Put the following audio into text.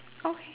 okay